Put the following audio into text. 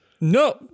No